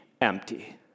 empty